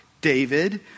David